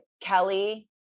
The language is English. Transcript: kelly